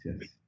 yes